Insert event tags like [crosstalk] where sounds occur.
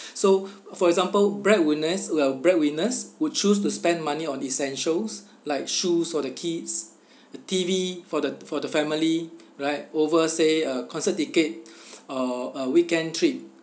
so for example breadwinners well breadwinners who choose to spend money on essentials like shoes for the kids T_V for the for the family right over say a concert ticket [breath] or a weekend trip